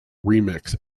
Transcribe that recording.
remix